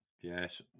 Yes